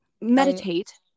meditate